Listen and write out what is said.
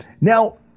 Now